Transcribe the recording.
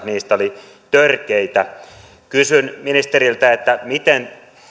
niistä oli törkeitä kysyn ministeriltä miten